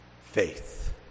faith